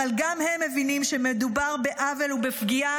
אבל גם הם מבינים שמדובר בעוול ובפגיעה